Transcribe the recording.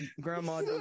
grandma